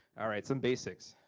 alright, some basics.